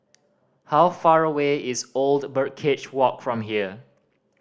how far away is Old Birdcage Walk from here